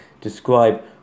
describe